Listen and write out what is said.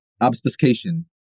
obfuscation